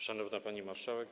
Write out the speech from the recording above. Szanowna Pani Marszałek!